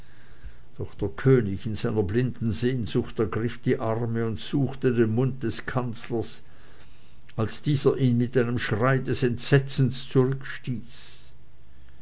doch der könig in seiner blinden sehnsucht ergriff die arme und suchte den mund des kanzlers als ihn dieser mit einem schrei des entsetzens